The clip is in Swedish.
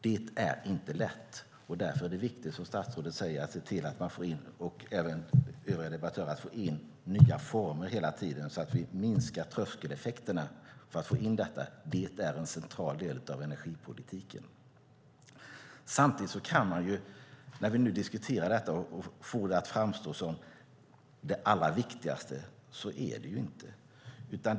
Det är inte lätt, och därför är det viktigt, som statsrådet och även övriga debattörer säger, att se till att få in nya former hela tiden så att vi minskar tröskeleffekterna. Det är en central del av energipolitiken. Samtidigt som vi nu diskuterar detta och får det att framstå som det allra viktigaste vill jag betona att det ju inte är så.